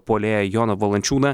puolėją joną valančiūną